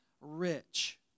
rich